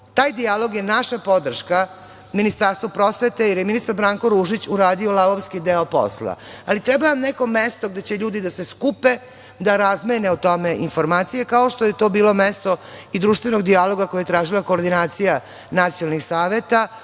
dijalog je naša podrška Ministarstvu prosvete, jer je ministar Branko Ružić uradio lavovski deo posla, ali treba nam neko mesto gde će ljudi da se skupe da razmene o tome informacije, kao što je to bilo mesto i društvenog dijaloga koju je tražila koordinacija nacionalnih saveta